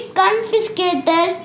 confiscated